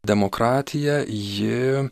demokratija ji